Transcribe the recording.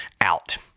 out